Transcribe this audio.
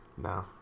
No